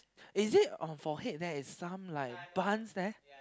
is it um forehead there like some buns there